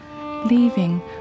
leaving